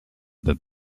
that